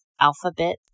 alphabet